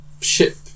ship